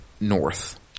north